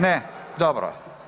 Ne, dobro.